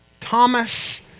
Thomas